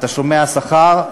את תשלומי השכר,